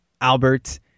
Albert